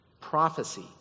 prophecy